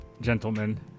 gentlemen